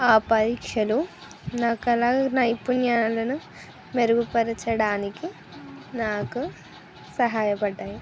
ఆ పరీక్షలు నా కళా నైపుణ్యాలను మెరుగుపరచడానికి నాకు సహాయపడ్డాయి